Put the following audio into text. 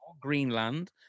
Greenland